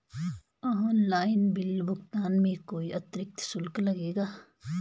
Online bill भुगतान में कोई अतिरिक्त शुल्क लगेगा?